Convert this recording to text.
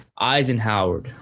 Eisenhower